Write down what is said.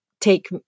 take